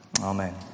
Amen